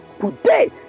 today